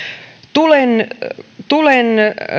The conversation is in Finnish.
tulen tulen